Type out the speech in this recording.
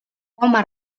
home